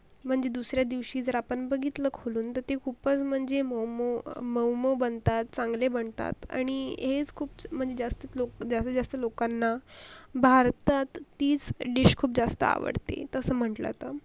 म्हणजे दुसऱ्या दिवशी जर आपण बघितलं खोलून तर ते खूपच म्हणजे मऊ मऊ मऊ मऊ बनतात चांगले बनतात आणि हेच खूप म्हणजे जास्तच लोक जास्तीत जास्त लोकांना भारतात तीच डिश खूप जास्त आवडते तसं म्हटलं तर